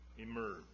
emerge